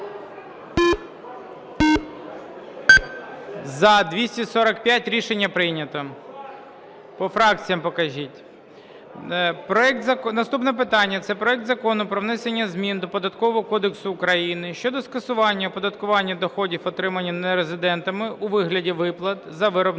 За-245 Рішення прийнято. По фракціях покажіть. Наступне питання – це проект Закону про внесення змін до Податкового кодексу України щодо скасування оподаткування доходів, отриманих нерезидентами у вигляді виплати за виробництво